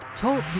Talk